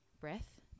breath